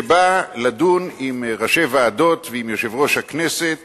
שבא לדון עם ראשי ועדות ועם יושב-ראש הכנסת